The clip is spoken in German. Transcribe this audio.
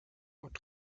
und